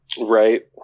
Right